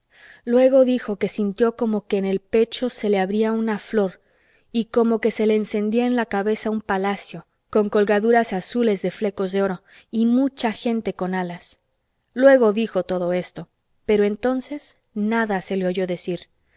luego dijo que sintió como que en el pecho se le abría una flor y como que se le encendía en la cabeza un palacio con colgaduras azules de flecos de oro y mucha gente con alas luego dijo todo eso pero entonces nada se le oyó decir